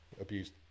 abused